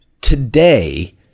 today